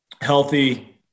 healthy